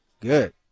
Good